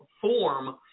form